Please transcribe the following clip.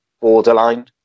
borderline